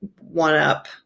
one-up